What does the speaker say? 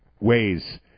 ways